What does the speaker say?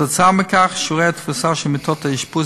כתוצאה מכך שיעורי התפוסה של מיטות האשפוז